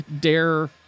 Dare